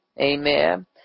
Amen